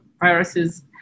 viruses